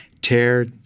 Tear